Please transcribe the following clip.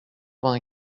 vingt